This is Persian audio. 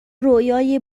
رویای